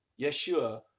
Yeshua